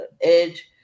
Edge